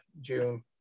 June